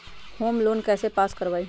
Home loan कैसे pass कर बाबई?